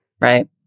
Right